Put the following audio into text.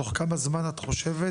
תוך כמה זמן את חושבת